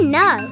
no